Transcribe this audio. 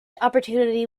opportunity